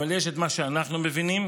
אבל יש את מה שאנחנו מבינים